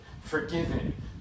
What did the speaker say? forgiven